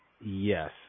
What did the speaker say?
yes